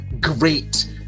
great